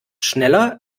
schneller